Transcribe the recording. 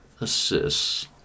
Assists